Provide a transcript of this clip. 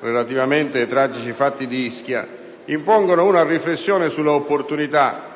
ad esempio, ai tragici fatti di Ischia) impongano una riflessione sull'opportunità